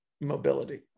mobility